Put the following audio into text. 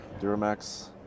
Duramax